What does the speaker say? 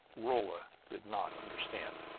rolla did not understand.